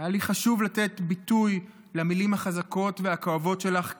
היה לי חשוב לתת ביטוי למילים החזקות והכואבות שלך כאן,